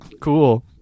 cool